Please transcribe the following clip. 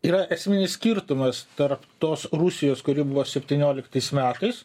yra esminis skirtumas tarp tos rusijos kuri buvo septynioliktais metais